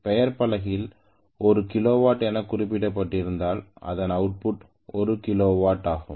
பெயர் பலகையில் ஒரு கிலோவாட் எனக் குறிப்பிட்டிருந்தார் அதன் அவுட்புட் ஒரு கிலோ வாட் ஆகும்